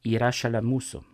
yra šalia mūsų